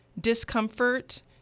discomfort